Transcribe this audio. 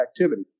activity